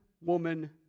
woman